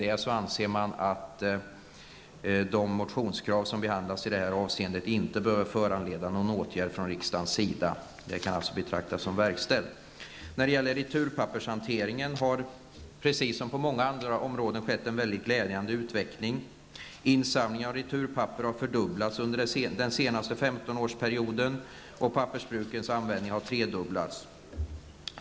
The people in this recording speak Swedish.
Därmed anser man att de motionskrav som behandlas i detta avseende inte bör föranleda någon åtgärd från riksdagen, utan kan betraktas som verkställda. I fråga om returpappershanteringen har det precis som på många andra områden skett en glädjande utveckling. Insamlingen av returpapper har fördubblats under den senaste 15-årsperioden, och pappersbrukens användning har tredubblats.